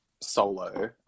solo